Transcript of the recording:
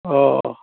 অ'